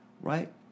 right